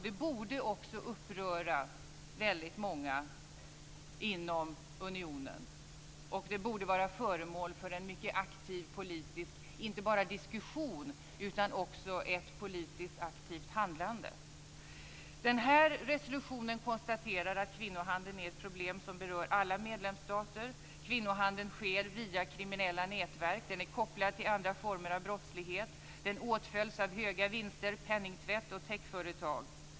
Detta borde också uppröra väldigt många inom unionen och detta borde vara föremål för inte bara en mycket aktiv politisk diskussion utan också ett politiskt aktivt handlande. I den här resolutionen konstateras att kvinnohandeln är ett problem som berör alla medlemsstater. Kvinnohandeln sker via kriminella nätverk. Den är kopplad till andra former av brottslighet och åtföljs av höga vinster, penningtvätt och täckföretag.